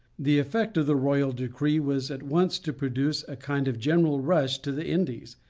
the effect of the royal decree was at once to produce a kind of general rush to the indies,